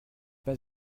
pas